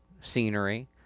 scenery